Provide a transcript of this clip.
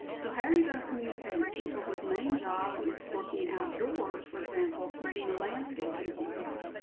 so how are you going to communicate with people whose main job is working outdoors, for example, keeping the landscaping beautiful.